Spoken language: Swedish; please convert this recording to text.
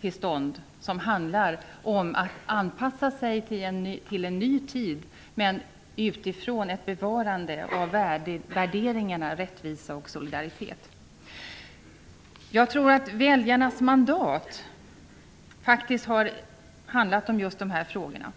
till stånd som handlar om att anpassa sig till en ny tid - men utifrån ett bevarande av värdevärderingarna beträffande rättvisa och solidaritet. Jag tror att väljarnas mandat faktiskt har handlat om just de här frågorna.